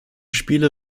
spiele